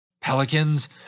Pelicans